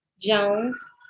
Jones